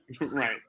right